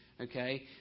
okay